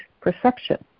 perception